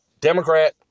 Democrat